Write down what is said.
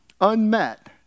Unmet